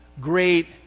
great